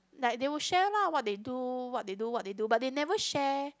like they will share lah what they do what they do what they do but they never share